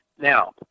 Now